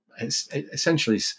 essentially